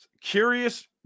Curious